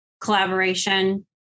collaboration